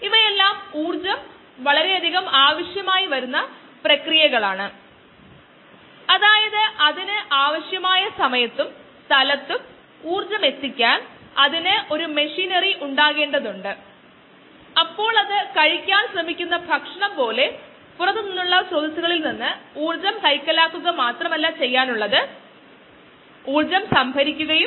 അതിനാൽ ഇത് ഒരു ലളിതമായ ബാച്ചാണ് അവിടെ ഒരു പരിമിതപ്പെടുത്തുന്ന സബ്സ്ട്രേറ്റ് ഉണ്ട് ഒരു പ്രധാന സബ്സ്ട്രേറ്റ് ആ സബ്സ്ട്രേറ്റിൽ കോശങ്ങൾ വളരുന്നു അതു മിക്കവാറും ഗ്ലൂക്കോസ് ആയിരിക്കും